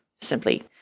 simply